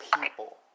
people